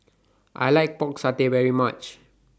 I like Pork Satay very much